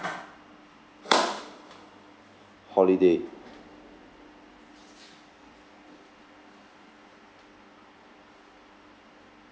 holiday